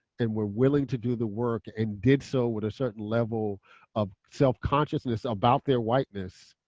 and were willing to do the work and did so with a certain level of self-consciousness about their whiteness,